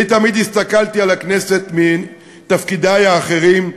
אני תמיד הסתכלתי על הכנסת מתפקידי האחרים,